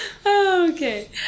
Okay